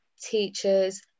teachers